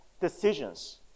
decisions